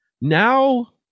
Now